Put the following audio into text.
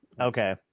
Okay